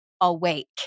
awake